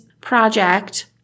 project